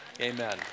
Amen